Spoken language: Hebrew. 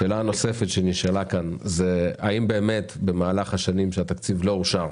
שאלה נוספת שנשאלה כאן זה האם באמת במהלך השנים שהתקציב לא אושר,